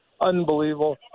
unbelievable